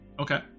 Okay